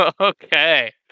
Okay